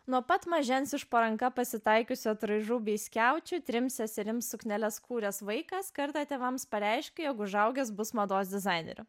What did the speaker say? nuo pat mažens iš po ranka pasitaikiusio atraižų bei skiaučių trims seserims sukneles kurias vaikas kartą tėvams pareiškė jog užaugęs bus mados dizaineriu